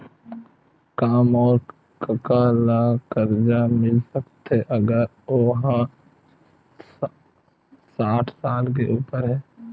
का मोर कका ला कर्जा मिल सकथे अगर ओ हा साठ साल से उपर हे?